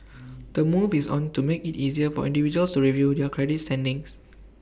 the move is on to make IT easier for individuals to review their credit standings